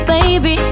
Baby